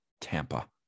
Tampa